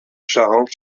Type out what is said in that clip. charente